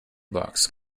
box